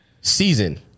season